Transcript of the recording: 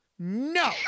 no